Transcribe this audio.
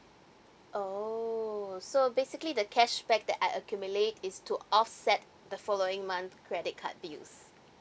oh so basically the cashback that I accumulate is to offset the following month credit card bills